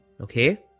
okay